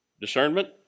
Discernment